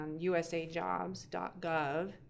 usajobs.gov